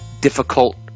difficult